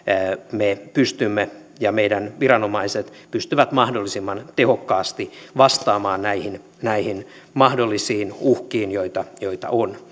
me pystymme ja meidän viranomaiset pystyvät mahdollisimman tehokkaasti vastaamaan näihin näihin mahdollisiin uhkiin joita joita on